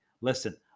Listen